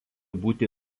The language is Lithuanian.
būti